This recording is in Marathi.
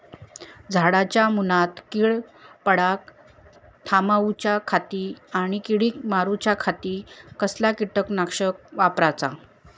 झाडांच्या मूनात कीड पडाप थामाउच्या खाती आणि किडीक मारूच्याखाती कसला किटकनाशक वापराचा?